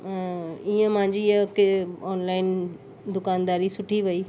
ईअं मुंहिंजी ईअं की ऑनलाइन दुकानदारी सुठी वई